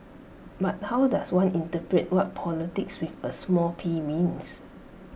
but how does one interpret what politics with A small P means